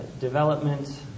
development